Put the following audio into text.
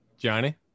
Johnny